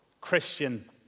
Christian